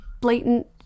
blatant